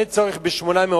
אין צורך ב-800.